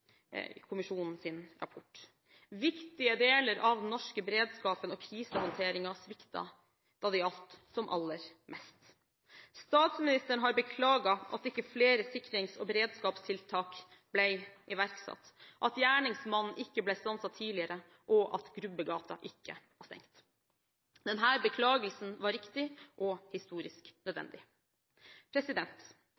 rapport. Viktige deler av den norske beredskapen og krisehåndteringen sviktet da det gjaldt som aller mest. Statsministeren har beklaget at ikke flere sikrings- og beredskapstiltak ble iverksatt, at gjerningsmannen ikke ble stanset tidligere, og at Grubbegata ikke var stengt. Denne beklagelsen var riktig og historisk